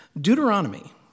Deuteronomy